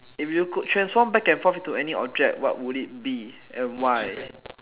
if you could transform back and forth into any object what would it be and why